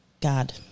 God